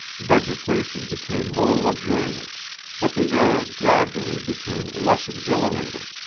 vegetation became more luxuriant but the air gradually became less exhilarating.